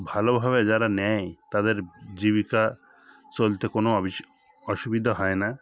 ভালোভাবে যারা নেয় তাদের জীবিকা চলতে কোনও অসুবিধা হয় না